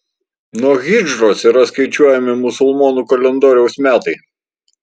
nuo hidžros yra skaičiuojami musulmonų kalendoriaus metai